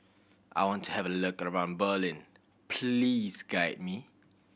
I want to have a look around Berlin please guide me